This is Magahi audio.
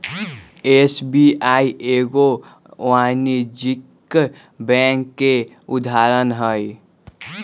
एस.बी.आई एगो वाणिज्यिक बैंक के उदाहरण हइ